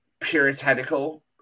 puritanical